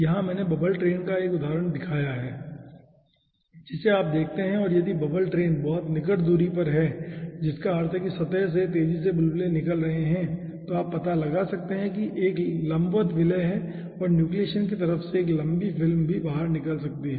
यहां मैंने bubble train का एक उदाहरण दिखाया है जिसे आप देखते हैं और यदि बबल ट्रेन बहुत निकट दूरी पर है जिसका अर्थ है कि सतह से तेजी से बुलबुले निकल रहे हैं तो आप पता लगा सकते हैं कि एक लंबवत विलय है और न्यूक्लिएशन की तरफ से एक लंबी फिल्म भी बाहर निकल सकती है